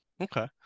Okay